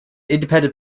independent